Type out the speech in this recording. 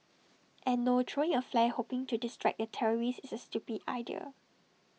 and no throwing A flare hoping to distract the terrorist is A stupid idea